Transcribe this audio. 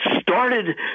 started